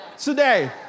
today